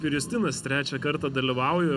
ir justinas trečią kartą dalyvauju